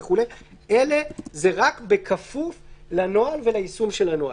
אלה זה רק בכפוף לנוהל וליישום הנוהל.